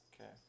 Okay